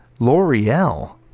L'Oreal